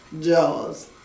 Jaws